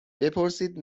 بپرسید